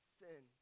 sin